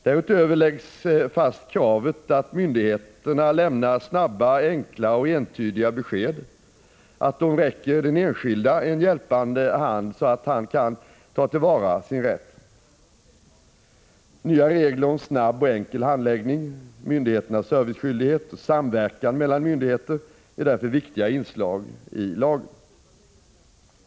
Därutöver läggs fast kravet att myndigheterna lämnar snabba, enkla och entydiga besked och att de räcker den enskilde en hjälpande hand så att han kan ta till vara sin rätt. Nya regler om snabb och enkel handläggning, om myndigheternas serviceskyldighet och om samverkan mellan myndigheter är därför viktiga inslag i lagen.